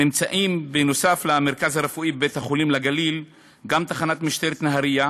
נמצאים נוסף על המרכז הרפואי בית-החולים לגליל גם תחנת משטרת נהריה,